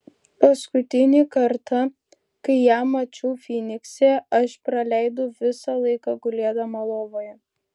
paskutinį kartą kai ją mačiau fynikse aš praleidau visą laiką gulėdama lovoje